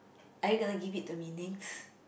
are you gonna give it to meaning